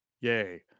yay